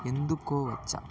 ఎంచుకోవచ్చా